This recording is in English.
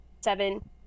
seven